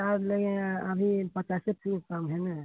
कहाँ से लेंगे अभी पचासे फूल कम है ना